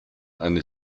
eine